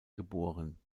geboren